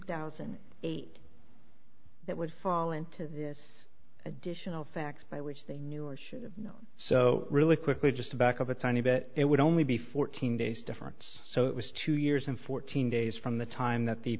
thousand eight that would fall into this additional facts by which they knew or should know so really quickly just to back up a tiny bit it would only be fourteen days difference so it was two years and fourteen days from the time that the